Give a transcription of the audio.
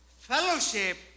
Fellowship